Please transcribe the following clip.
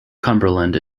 cumberland